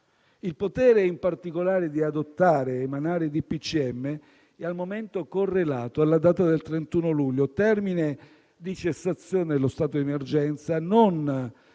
Il potere, in particolare, di adottare ed emanare DPCM è al momento correlato alla data del 31 luglio, termine di cessazione dello stato di emergenza, non